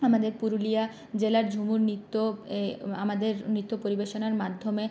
আমাদের পুরুলিয়া জেলার ঝুমুর নৃত্য আমাদের নৃত্য পরিবেশনার মাধ্যমে